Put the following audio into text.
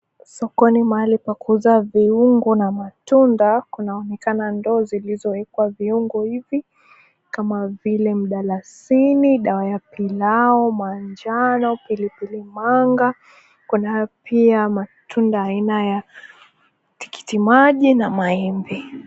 Sokoni mahali pa kuuza viungo na matunda, kunaonekana ndoo zilizowekwa viungo hivi kama vile mdalasini, dawa ya pilao, mwanjano, pilipili manga. Kuna pia matunda aina ya tikiti maji na maembe.